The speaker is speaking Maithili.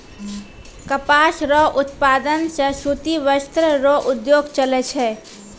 कपास रो उप्तादन से सूती वस्त्र रो उद्योग चलै छै